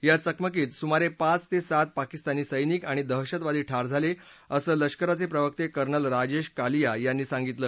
या चकमकीत सुमारे पाच ते सात पाकिस्तानी सैनिक आणि दहशतवादी ठार झाले असं लष्कराचे प्रवक्ते कर्नल राजेश कालिया यांनी सांगितलं